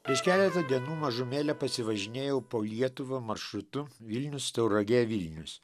prieš keletą dienų mažumėlę pasivažinėjau po lietuvą maršrutu vilnius tauragė vilnius